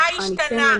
מה השתנה?